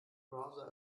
browser